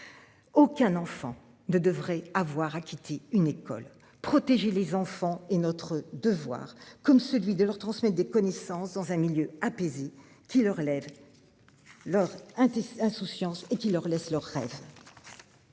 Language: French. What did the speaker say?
Aucun enfant ne devrait avoir à quitter une école protéger les enfants. Et notre devoir comme celui de leur transmettre des connaissances dans un milieu apaisée qu'relève. Lors, hein. Insouciance et qui leur laisse leurs rêves.